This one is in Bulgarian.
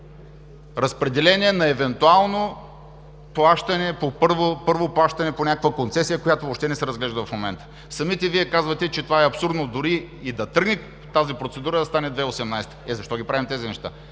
разпределения на евентуално първо плащане по някаква концесия, която въобще не се разглежда в момента. Самите Вие казвате, че това е абсурдно, дори и да тръгне тази процедура и да стане през 2018 г. Е, защо ги правим тези неща!?